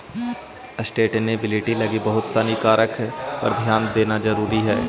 sustainability लगी बहुत सानी कारक पर ध्यान देला जरुरी हई